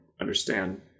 understand